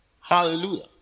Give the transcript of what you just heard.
Hallelujah